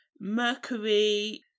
Mercury